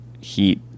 heat